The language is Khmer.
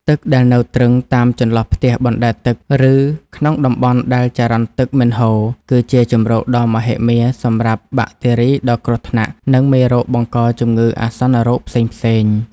ទឹកដែលនៅទ្រឹងតាមចន្លោះផ្ទះអណ្ដែតទឹក ឬក្នុងតំបន់ដែលចរន្តទឹកមិនហូរ គឺជាជម្រកដ៏មហិមាសម្រាប់បាក់តេរីដ៏គ្រោះថ្នាក់ និងមេរោគបង្កជំងឺអាសន្នរោគផ្សេងៗ។